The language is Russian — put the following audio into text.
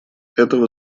этого